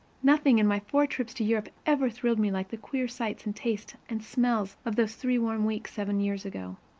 nothing in my four trips to europe ever thrilled me like the queer sights and tastes and smells of those three warm weeks seven years ago.